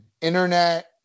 internet